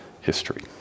history